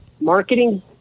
marketing